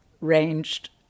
ranged